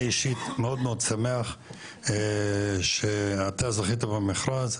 אני אישית מאוד שמח שאתה זכית במכרז,